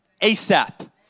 ASAP